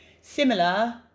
similar